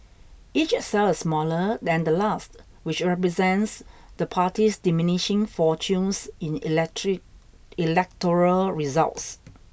each cell is smaller than the last which represents the party's diminishing fortunes in electric electoral results